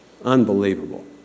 unbelievable